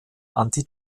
anti